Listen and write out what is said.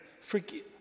forgive